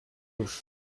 gauche